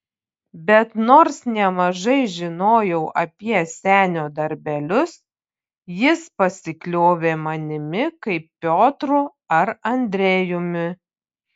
bet nors nemažai žinojau apie senio darbelius jis pasikliovė manimi kaip piotru ar andrejumi